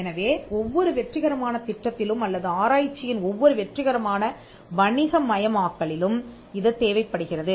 எனவே ஒவ்வொரு வெற்றிகரமான திட்டத்திலும் அல்லது ஆராய்ச்சியின் ஒவ்வொரு வெற்றிகரமான வணிக மயமாக்கலிலும் இது தேவைப்படுகிறது